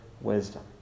wisdom